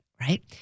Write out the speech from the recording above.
right